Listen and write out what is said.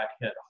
hit